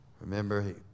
Remember